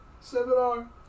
seminar